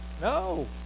no